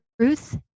Truth